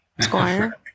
Squire